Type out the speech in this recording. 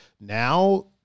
now